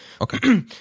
okay